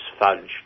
fudged